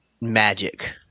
magic